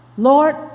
Lord